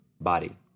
body